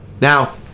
Now